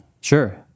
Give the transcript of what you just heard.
Sure